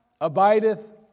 abideth